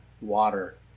water